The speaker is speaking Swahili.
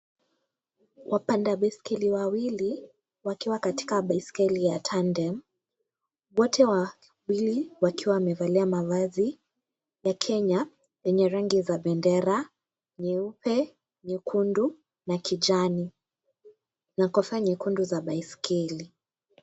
Wapanda baiskeli wawili wakiwa katika baiskeli ya tandem, wote wawili wakiwa wamevalia mavazi ya Kenya yenye rangi za bendera nyeupe, nyekundu na kijani na kofia nyekundu za baiskeli.